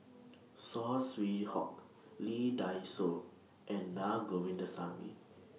Saw Swee Hock Lee Dai Soh and Na Govindasamy